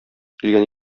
килгән